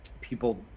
people